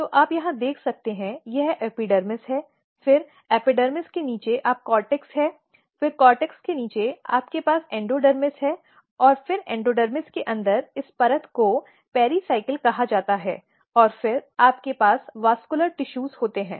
तो आप यहां देख सकते हैं कि यह एपिडर्मिस है फिर एपिडर्मिस के नीचे आप कॉर्टेक्स हैं फिर कॉर्टेक्स के नीचे आपके पास एंडोडर्मिस है और फिर एंडोडर्मिस के अंदर इस परत को पेराइकलिस कहा जाता है और फिर आपके पास संवहनी ऊतक होता है